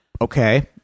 Okay